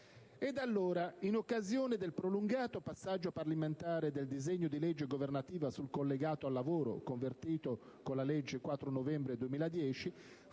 Ed allora, in occasione del prolungato passaggio parlamentare del disegno di legge governativo sul «collegato lavoro» (convertito con la legge 4 novembre 2010,